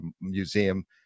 Museum